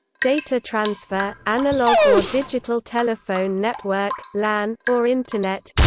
data transfer analog or digital telephone network, lan, or internet